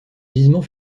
gisements